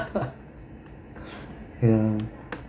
um